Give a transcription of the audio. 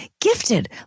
Gifted